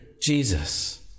Jesus